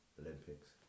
Olympics